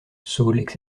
saule